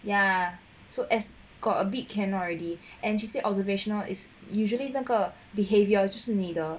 ya so as got a bit cannot already and she say observational is usually 那个 behavior 就是你的